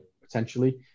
potentially